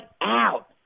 out